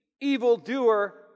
evildoer